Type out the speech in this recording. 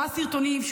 רואה סרטונים,